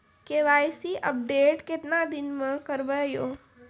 KYC update केतना दिन मे करेबे यो?